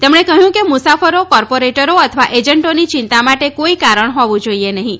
તેમણે કહ્યું કે મુસાફરો કોર્પોરેટરો અથવા એજન્ટોની ચિંતા માટે કોઈ કારણ હોવું જોઈએ નહીં